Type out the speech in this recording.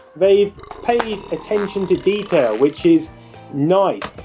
they've paid attention to detail, which is nice.